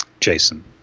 Jason